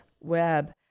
web